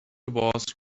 was